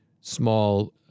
small